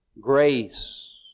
grace